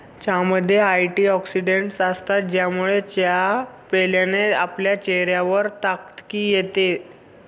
चहामध्ये अँटीऑक्सिडन्टस असतात, ज्यामुळे चहा प्यायल्याने आपल्या चेहऱ्यावर तकतकी येते